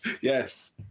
Yes